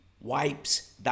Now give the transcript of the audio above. .wipes